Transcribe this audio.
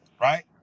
right